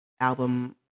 album